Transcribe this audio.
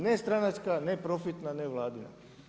Nestranačka, neprofitna, nevladina.